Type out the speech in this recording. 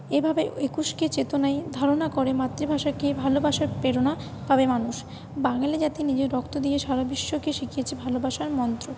এভাবে একুশকে চেতনায় ধারণা করে মাতৃভাষাকে ভালোবাসার প্রেরণা পাবে মানুষ বাঙালি জাতি নিজের রক্ত দিয়ে সারা বিশ্বকে শিখিয়েছে ভালোবাসার মন্ত্র